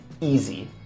easy